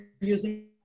using